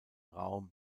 raum